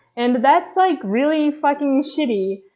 and that's like really frikkin' sh tty.